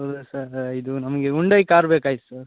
ಹೌದಾ ಸರ್ ಇದು ನಮಗೆ ಹುಂಡೈ ಕಾರ್ ಬೇಕಾಗಿತ್ತು ಸರ್